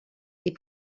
est